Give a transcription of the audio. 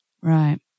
Right